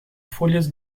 folhas